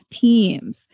teams